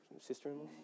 sister-in-law